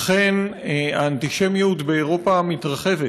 אכן, האנטישמיות באירופה מתרחבת,